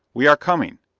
we are coming.